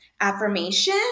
affirmation